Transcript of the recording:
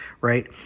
right